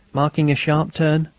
making a sharp turn,